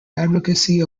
advocacy